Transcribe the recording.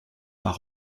par